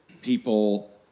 people